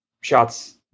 shots